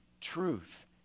truth